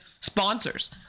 sponsors